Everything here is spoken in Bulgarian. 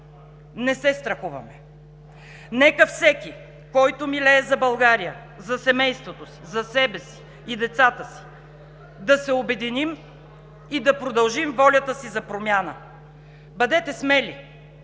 не се страхуваме. Нека всеки, който милее за България, за семейството си, за себе си и децата си, да се обединим и да продължим волята си за промяна. Бъдете смели